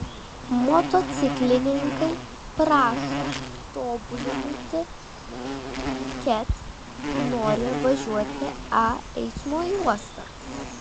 motociklininkai prašo tobulinti ket nori važiuoti a eismo juosta